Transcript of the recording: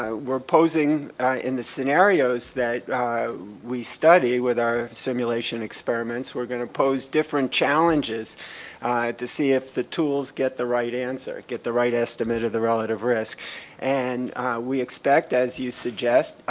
ah we're posing in the scenarios that we study with our simulation experiments, we're gonna pose different challenges to see if the tools get the right answer, get the right estimate of the relative risk and we expect, as you suggest,